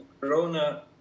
Corona